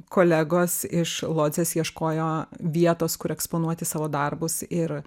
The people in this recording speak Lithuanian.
kolegos iš lodzės ieškojo vietos kur eksponuoti savo darbus ir